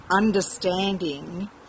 understanding